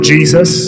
Jesus